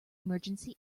emergency